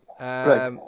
Right